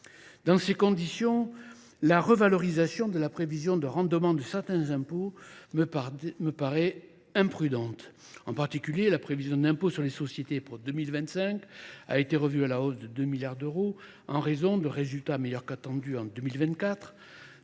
Dans ces conditions, la revalorisation de la prévision de rendement de certains impôts me paraît imprudente. En particulier, la prévision d'impôts sur les sociétés pour 2025 a été revue à la hausse de 2 milliards d'euros en raison de résultats meilleurs qu'attendus en 2024.